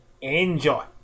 Enjoy